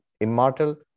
immortal